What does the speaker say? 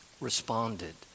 responded